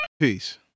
Peace